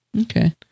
Okay